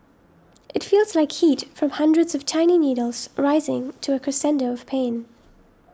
it feels like heat from hundreds of tiny needles rising to a crescendo of pain